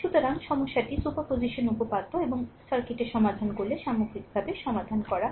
সুতরাং সমস্যাটি সুপারপজিশন উপপাদ্য এবং সার্কিটের সমাধান করলে সামগ্রিকভাবে সমাধান করা হয়